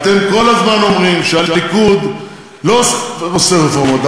אתם כל הזמן אומרים שהליכוד לא עושה רפורמות,